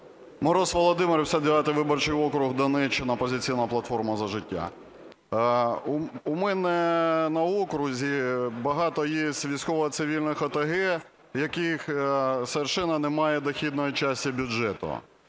Мороз Володимир, 59 виборчий округ, Донеччина, "Опозиційна платформа – За життя". У мене на окрузі багато є військово-цивільних ОТГ, в яких зовсім немає дохідної частини бюджету.